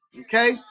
Okay